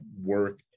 work